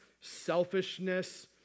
selfishness